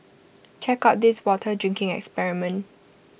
check out this water drinking experiment